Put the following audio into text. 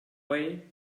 way